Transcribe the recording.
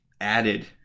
added